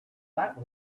that